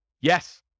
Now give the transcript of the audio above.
Yes